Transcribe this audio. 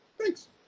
Thanks